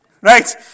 Right